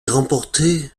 remportée